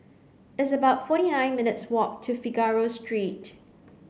it's about forty nine minutes' walk to Figaro Street